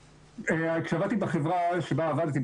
כשעבדתי בחברה שבה עבדתי,